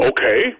Okay